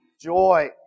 Joy